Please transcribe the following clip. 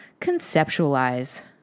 conceptualize